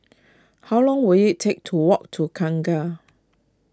how long will it take to walk to Kangkar